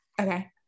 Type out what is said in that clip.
okay